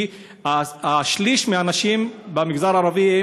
כי שליש מהנשים במגזר הערבי,